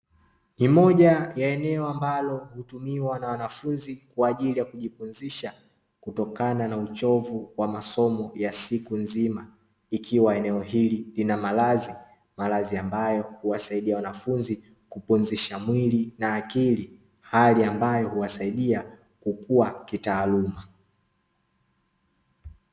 Ni moja ya eneo ambalo hutumiwa na wanafunzi kwa ajili ya kujipumzisha kutokana na uchovu wa masomo ya siku nzima. Ikiwa eneo hili lina malazi, malazi ambayo huwasaidia wanafunzi kupumzisha mwili na akili. Hali ambayo huwasaidia kukua kitaaluma.